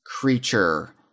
creature